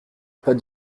pas